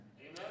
Amen